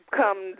come